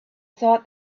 thought